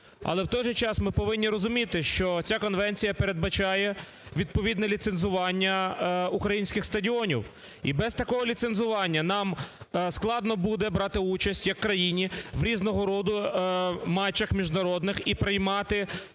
Але в той же час ми повинні розуміти, що ця конвенція передбачає відповідне ліцензування українських стадіонів. І без такого ліцензування нам складно буде брати участь як країні в різного роду матчах міжнародних і приймати